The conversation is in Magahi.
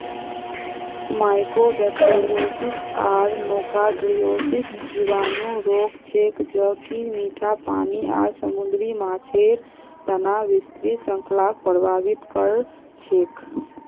माइकोबैक्टीरियोसिस आर नोकार्डियोसिस जीवाणु रोग छेक ज कि मीठा पानी आर समुद्री माछेर तना विस्तृत श्रृंखलाक प्रभावित कर छेक